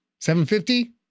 750